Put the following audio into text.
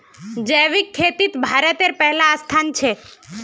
जैविक खेतित भारतेर पहला स्थान छे